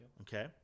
Okay